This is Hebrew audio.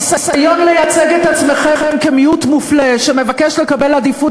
הניסיון לייצג את עצמכם כמיעוט מופלה שמבקש לקבל עדיפות